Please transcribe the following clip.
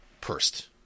pursed